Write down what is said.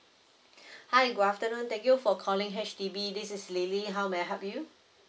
hi good afternoon thank you for calling H_D_B this is lily how may I help you